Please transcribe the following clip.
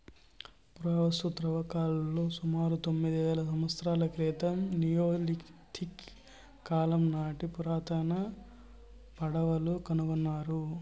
పురావస్తు త్రవ్వకాలలో సుమారు తొమ్మిది వేల సంవత్సరాల క్రితం నియోలిథిక్ కాలం నాటి పురాతన పడవలు కనుకొన్నారు